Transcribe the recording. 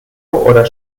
oder